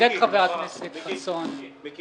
צודק חבר הכנסת חסון שהרכב